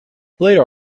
later